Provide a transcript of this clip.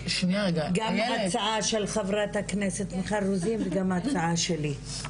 גם הצעה של חברת הכנסת מיכל רוזין וגם ההצעה שלי.